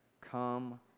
Come